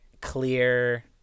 clear